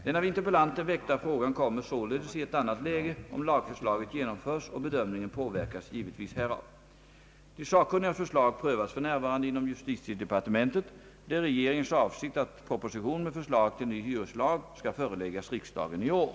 Den av interpellanten väckta frågan kommer således i ett annat läge om lagförslaget genomförs, och bedömningen påverkas givetvis härav. De sakkunnigas förslag prövas f. n. inom justitiedepartementet. Det är regeringens avsikt att proposition med förslag till ny hyreslag skall föreläggas riksdagen i år.